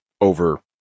over